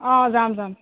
অঁ যাম যাম